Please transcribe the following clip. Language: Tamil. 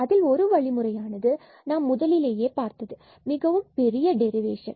அதில் ஒரு வழிமுறையானது நாம் முதலிலேயே பார்த்தது மிகவும் பெரிய டெரிவேஷன்